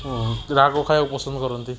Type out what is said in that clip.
ହଁ ରାଗ ଖାଇବାକୁ ପସନ୍ଦ କରନ୍ତି